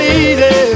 easy